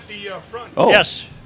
yes